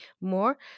more